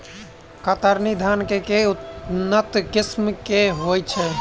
कतरनी धान केँ के उन्नत किसिम होइ छैय?